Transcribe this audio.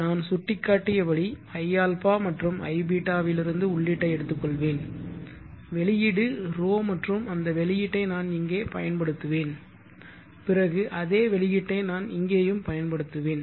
நான் சுட்டிக்காட்டியபடி iα மற்றும் iβ இலிருந்து உள்ளீட்டை எடுத்துக்கொள்வேன் வெளியீடு ρ மற்றும் அந்த வெளியீட்டை நான் இங்கே பயன்படுத்துவேன் பிறகு அதே வெளியீட்டை நான் இங்கேயும் பயன்படுத்துவேன்